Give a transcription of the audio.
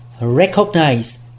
recognize